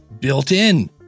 Built-in